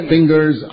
Fingers